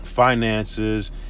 finances